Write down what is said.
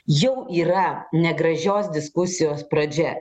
jau yra negražios diskusijos pradžia